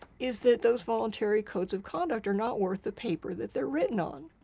is that those voluntary codes of conduct are not worth the paper that they're written on.